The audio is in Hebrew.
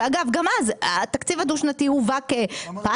שאגב גם אז התקציב הדו שנתי הובא כפיילוט,